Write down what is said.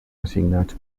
assignats